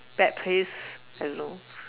bad place I don't know